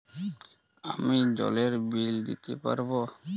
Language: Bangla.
আমি জলের বিল দিতে পারবো?